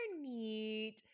neat